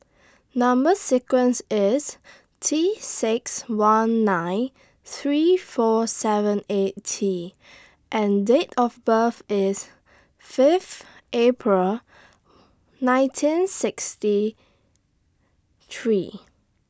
Number sequence IS T six one nine three four seven eight T and Date of birth IS Fifth April nineteen sixty three